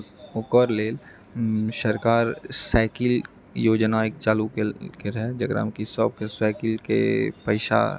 ओकर लेल सरकार साइकिल योजना चालू केलए हँ जेकरामे कि सबके साईकिलके पैसा